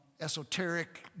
esoteric